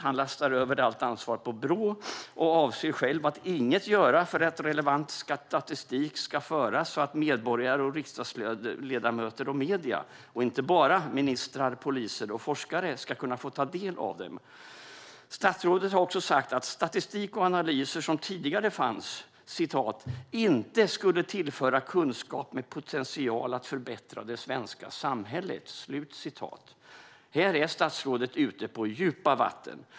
Han lastar över allt ansvar på Brå och avser själv att inget göra för att relevant statistik ska föras så att medborgare, riksdagsledamöter och medier, och inte bara ministrar, poliser och forskare, ska kunna få ta del av den. Statsrådet har också sagt att statistik och analyser som tidigare fanns "inte skulle tillföra kunskap med potential att förbättra det svenska samhället". Här är statsrådet ute på djupt vatten.